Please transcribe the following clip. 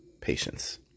Patience